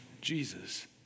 Jesus